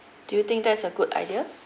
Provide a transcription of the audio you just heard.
do you think that's a good idea